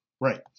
Right